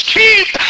keep